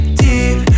deep